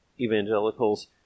evangelicals